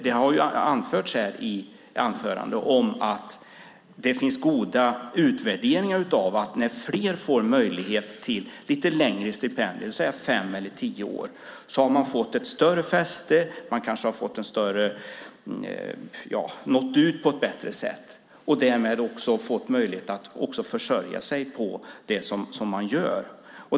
Det har ju sagts här i anföranden att det finns goda utvärderingar som visar att när fler får möjlighet till lite längre stipendier, det vill säga fem eller tio år, har man fått ett större fäste och kanske nått ut på ett bättre sätt. Därmed har man också fått möjlighet att försörja sig på det man gör.